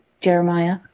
Jeremiah